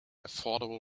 affordable